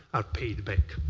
are paid back.